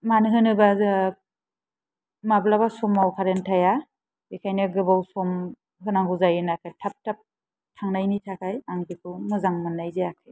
मानो होनोब्ला माब्लाबा समाव कारेन्ट थाया बेखायनो गोबाव सम होनांगौ जायो नाथाय थाब थाब थांनायनि थाखाय आं बेखौ मोजां मोननाय जायाखै